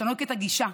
לשנות את הגישה,